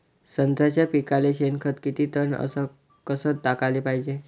संत्र्याच्या पिकाले शेनखत किती टन अस कस टाकाले पायजे?